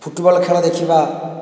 football ଖେଳ ଦେଖିବା